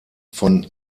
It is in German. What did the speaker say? von